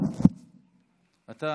תודה רבה.